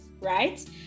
right